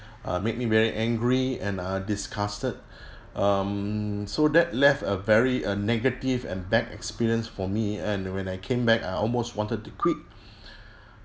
uh make me very angry and uh disgusted um so that left a very a negative and bad experience for me and when I came back I almost wanted to quit